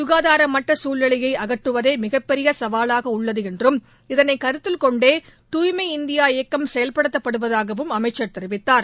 க்காதாரமற்ற சூழ்நிலையை அகற்றுவதே மிகப்பெரிய சவாலாக உள்ளது என்றும் இதனை கருத்தில் கொண்டே தூய்மை இந்தியா இயக்கம் செயல்படுத்தப்படுவதாகவும் அமைச்சர் தெரிவித்தார்